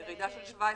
ירידה של 17%,